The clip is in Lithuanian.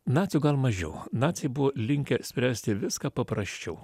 nacių gal mažiau naciai buvo linkę spręsti viską paprasčiau